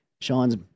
Sean's